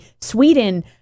Sweden